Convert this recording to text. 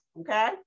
Okay